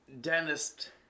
Dentist